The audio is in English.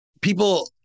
people